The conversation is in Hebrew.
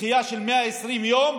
לדחייה של 120 יום,